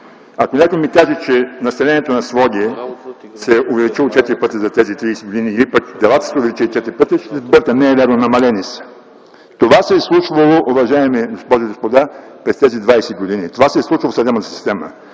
Ако някой ми каже, че населението на Своге се е увеличило четири пъти за тези 30 години или пък делата са се увеличили 4 пъти, ще сбърка. Не е вярно, намалели са. Това се е случвало, уважаеми госпожи и господа, през тези 20 години. Това се е случвало в съдебната система.